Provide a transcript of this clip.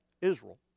Israel